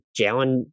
Jalen